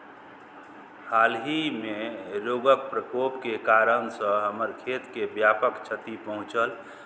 हालहिमे रोगक प्रकोपके कारणसँ हमर खेतकेँ व्यापक क्षति पहुँचल